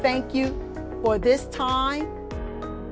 thank you for this time a